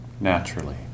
naturally